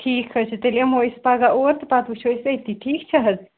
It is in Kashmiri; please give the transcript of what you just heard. ٹھیٖک حظ چھُ تیٚلہِ یِمو أسۍ پَگاہ اور تہٕ پَتہٕ وٕچھو أسۍ أتی ٹھیٖک چھا حظ